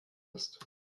ist